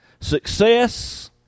Success